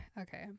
okay